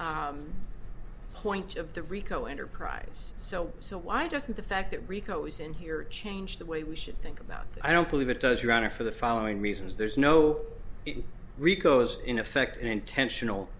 point of the rico enterprise so so why doesn't the fact that rico is in here change the way we should think about the i don't believe it does your honor for the following reasons there's no ricos in effect an intentional